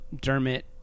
Dermot